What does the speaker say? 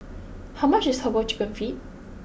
how much is Herbal Chicken Feet